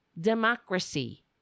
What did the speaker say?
democracy